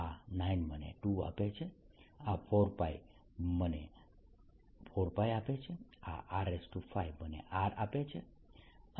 આ 9 મને 2 આપે છે આ 4 મને 4 આપે છે આ R5 મને R આપે છે